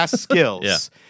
skills